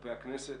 כלפי הכנסת,